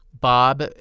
Bob